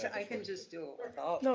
i can just do it without. no,